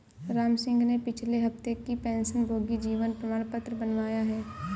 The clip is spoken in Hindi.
रामसिंह ने पिछले हफ्ते ही पेंशनभोगी जीवन प्रमाण पत्र बनवाया है